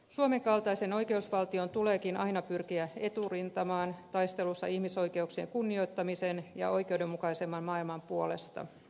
suomen kaltaisen oikeusvaltion tuleekin aina pyrkiä eturintamaan taistelussa ihmisoikeuksien kunnioittamisen ja oikeudenmukaisemman maailman puolesta